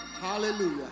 hallelujah